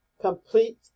Complete